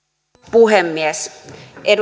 puhemies